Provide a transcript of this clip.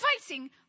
fighting